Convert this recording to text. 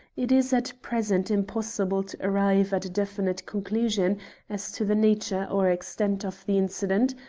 it is at present impossible to arrive at a definite conclusion as to the nature or extent of the incident,